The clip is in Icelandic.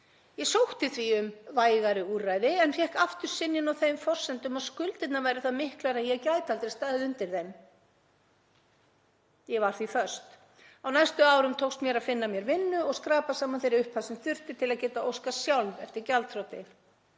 Ég sótti því um vægari úrræði en fékk aftur synjun á þeim forsendum að skuldirnar væru það miklar að ég gæti aldrei staðið undir þeim. Ég var því föst. Á næstu árum tókst mér að finna mér vinnu og skrapa saman þeirri upphæð sem þurfti til að geta óskað sjálf eftir gjaldþroti.